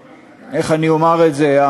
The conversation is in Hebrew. איך אני אומר את זה?